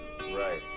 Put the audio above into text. Right